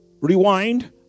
Rewind